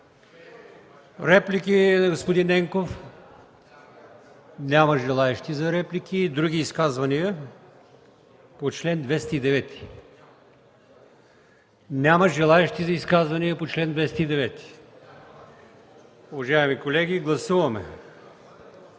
Реплики към господин Ненков? Няма желаещи за реплики. Други изказвания по чл. 209? Няма желаещи за изказвания по чл. 209. Уважаеми колеги, гласуваме